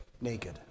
naked